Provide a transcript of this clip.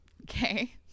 Okay